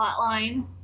Hotline